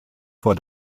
vor